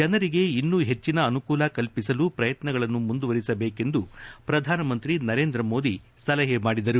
ಜನರಿಗೆ ಇನ್ನೂ ಹೆಚ್ಚಿನ ಅನುಕೂಲ ಕಲ್ಪಿಸಲು ಶ್ರಯತ್ನಗಳನ್ನು ಮುಂದುವರೆಸಬೇಕೆಂದು ಪ್ರಧಾನಮಂತ್ರಿ ನರೇಂದ್ರ ಮೋದಿ ಸಲಹೆ ಮಾಡಿದರು